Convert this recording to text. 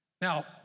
Now